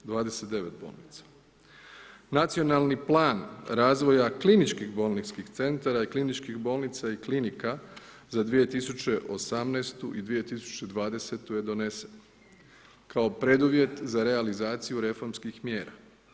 Nacionalni plan razvoja kliničkih bolničkih centara i kliničkih bolnica i klinika za 2018. i 2020. je donesen kao preduvjet za realizaciju reformskih mjera.